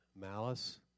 malice